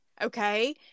okay